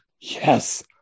Yes